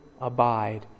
Abide